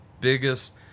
biggest